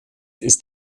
ist